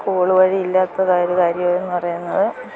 school വഴി ഇല്ലാത്തതായ ഒരു കാര്യം എന്ന് പറയുന്നത്